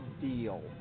deal